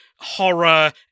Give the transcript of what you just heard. horror